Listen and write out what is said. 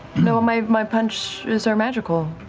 no, my my punches are magical.